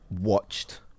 watched